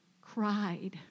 cried